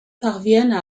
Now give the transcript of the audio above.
parviennent